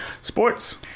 sports